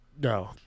no